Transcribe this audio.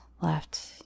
left